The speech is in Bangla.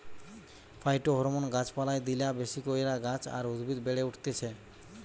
ফাইটোহরমোন গাছ পালায় দিলা বেশি কইরা গাছ আর উদ্ভিদ বেড়ে উঠতিছে